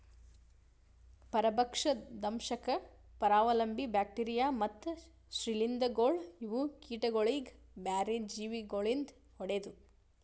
ಪರಭಕ್ಷ, ದಂಶಕ್, ಪರಾವಲಂಬಿ, ಬ್ಯಾಕ್ಟೀರಿಯಾ ಮತ್ತ್ ಶ್ರೀಲಿಂಧಗೊಳ್ ಇವು ಕೀಟಗೊಳಿಗ್ ಬ್ಯಾರೆ ಜೀವಿ ಗೊಳಿಂದ್ ಹೊಡೆದು